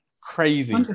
crazy